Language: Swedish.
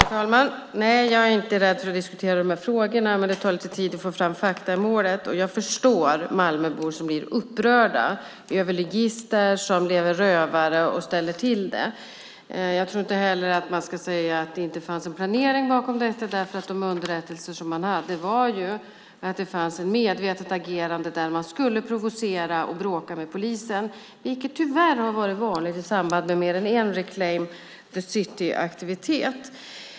Herr talman! Nej, jag är inte rädd för att diskutera de här frågorna, men det tar lite tid att få fram fakta i målet. Jag förstår Malmöbor som blir upprörda över ligister som lever rövare och ställer till det. Jag tror inte att man ska säga att det inte fanns någon planering bakom detta, därför att de underrättelser som man hade var att det fanns ett medvetet agerande där man skulle provocera och bråka med polisen, vilket tyvärr har varit vanligt i samband med mer än en Reclaim the Streets-aktivitet.